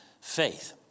faith